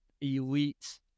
elite